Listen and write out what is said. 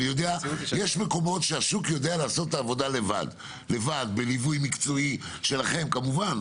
יש מקומות שהשוק יודע לעשות את העבודה לבד בליווי מקצועי שלכם כמובן.